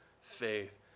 faith